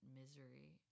misery